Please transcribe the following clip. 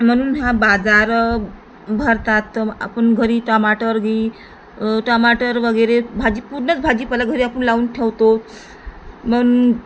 म्हणून हा बाजार भरतात आपण घरी टमाटरबी टमाटर वगैरे भाजी पूर्णच भाजीपाला घरी आपण लावून ठेवतो मन्